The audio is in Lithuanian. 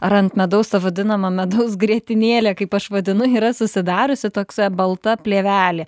ar ant medaus ta vadinama medaus grietinėlė kaip aš vadinu yra susidariusi tokia balta plėvelė